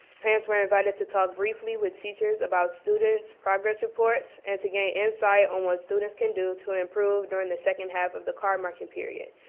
parents were invited to talk briefly with teachers about students, progress reports, and to gain insight on what students can do to ah improve during the second half of the card-marking period.